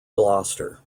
gloucester